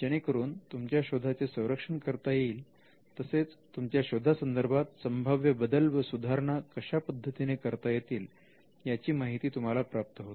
जेणेकरून तुमच्या शोधाचे संरक्षण करता येईल तसेच तुमच्या शोधा संदर्भात संभाव्य बदल व सुधारणा कशा पद्धतीने करता येतील याची माहिती तुम्हाला प्राप्त होते